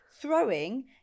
throwing